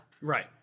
Right